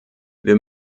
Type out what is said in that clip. wir